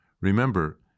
Remember